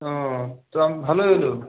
ও তো ভালো হল